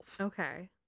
Okay